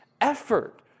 effort